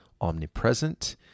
omnipresent